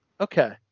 Okay